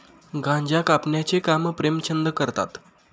गांजा कापण्याचे काम प्रेमचंद करतात